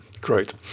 Great